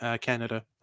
Canada